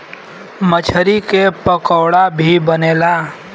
मछरी के पकोड़ा भी बनेला